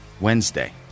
Wednesday